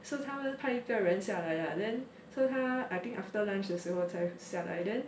so 他们派一个人下来啦 then so 他 I think after lunch 的时候才下来 then